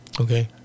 okay